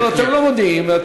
אתם לא מודיעים.